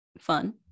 fun